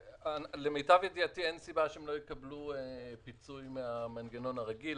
למיטב ידיעתי אין סיבה שהם לא יקבלו פיצוי מן המנגנון הרגיל.